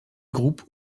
groupes